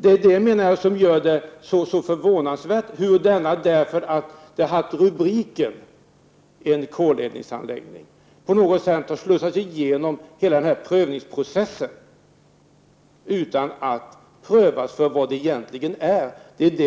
Det är förvånansvärt att denna anläggning, därför att den har fått rubriken koleldad anläggning, på något sätt har slussats igenom hela prövningsprocessen utan en prövning av vad det egentligen gäller. Det